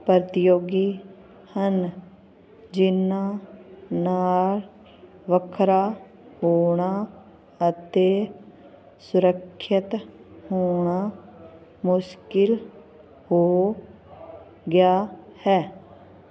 ਪ੍ਰਤੀਯੋਗੀ ਹਨ ਜਿਹਨਾਂ ਨਾਲ ਵੱਖਰਾ ਹੋਣਾ ਅਤੇ ਸੁਰੱਖਿਅਤ ਹੋਣਾ ਮੁਸ਼ਕਿਲ ਹੋ ਗਿਆ ਹੈ